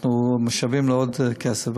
אנחנו משוועים לעוד כסף.